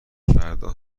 فردا